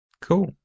Cool